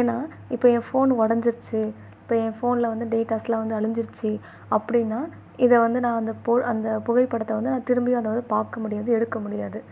ஏன்னா இப்போ என் ஃபோன் உடஞ்சிருச்சு இப்போ என் ஃபோன்ல வந்து டேட்டாஸ்லாம் வந்து அழிஞ்சிருச்சு அப்படின்னா இதை வந்து நான் அந்த பு அந்த புகைப்படத்தை வந்து நான் திரும்பியும் அதை வந்து பார்க்க முடியாது எடுக்க முடியாது